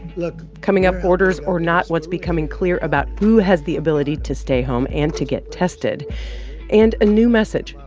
look coming up, orders or not, what's becoming clear about who has the ability to stay home and to get tested and a new message,